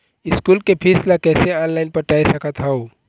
School के फीस ला कैसे ऑनलाइन पटाए सकत हव?